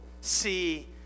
see